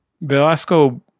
Velasco